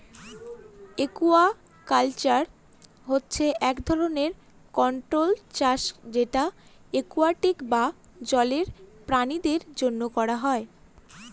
aquaculture হচ্ছে এক ধরনের কন্ট্রোল্ড চাষ যেটা একুয়াটিক বা জলের প্রাণীদের জন্য করা হয়